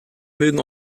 mögen